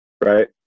Right